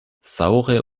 saure